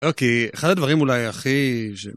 אוקיי, אחד הדברים אולי הכי ש...